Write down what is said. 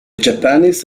japanese